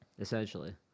Essentially